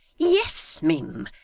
yes, mim,